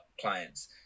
clients